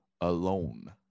alone